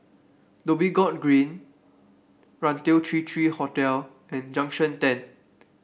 Dhoby Ghaut Green Raintr Three Three Hotel and Junction Ten